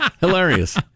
Hilarious